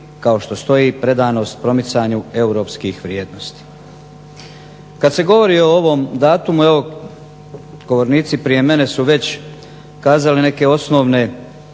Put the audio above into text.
kao što stoji predanost promicanju europskih vrijednosti. Kad se govori o ovom datumu evo govornici prije mene su već kazali neke osnovne